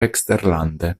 eksterlande